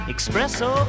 Espresso